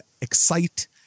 excite